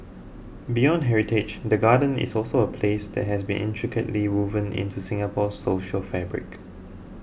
beyond heritage the Gardens is also a place that has been intricately woven into Singapore's social fabric